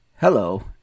Hello